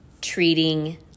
treating